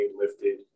lifted